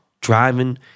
driving